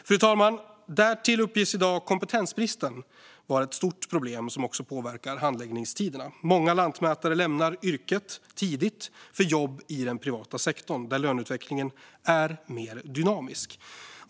Fru talman! Därtill uppges i dag kompetensbrist vara ett stort problem som också påverkar handläggningstiderna. Många lantmätare lämnar yrket tidigt för jobb i den privata sektorn där löneutvecklingen är mer dynamisk.